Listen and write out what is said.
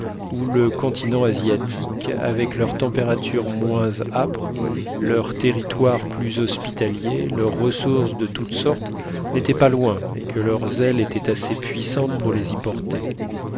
ou le continent asiatique avec leur température moins âpre leurs territoires plus hospitaliers leurs ressources de toutes sortes n'étaient pas loin et que leurs ailes étaient assez puissantes pour les